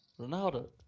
Ronaldo